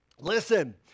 listen